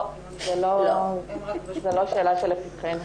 לא, זה לא שאלה שלפתחנו.